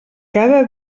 cada